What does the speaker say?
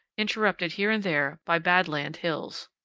interrupted here and there by bad-land hills.